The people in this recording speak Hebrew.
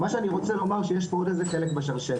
מה שאני רוצה לומר שיש פה עוד איזה חלק בשרשרת,